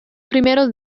primeros